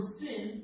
sin